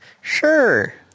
Sure